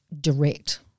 direct